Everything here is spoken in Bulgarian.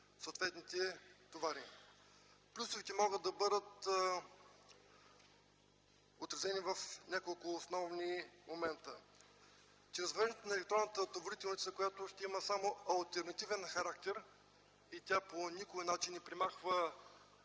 съответните товари. Плюсовете могат да бъдат отразени в няколко основни момента. Чрез въвеждането на електронната товарителница, която ще има само алтернативен характер и по никакъв начин не премахва